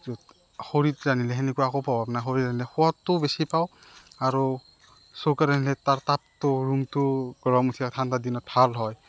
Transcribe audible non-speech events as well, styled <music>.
য'ত শৰীৰ <unintelligible> সোৱাদটোও বেছি পাওঁ আৰু চৌকাত ৰান্ধিলে তাৰ তাপটোও ৰুমটো গৰম উঠে ঠাণ্ডা দিনত ভাল হয়